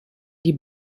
die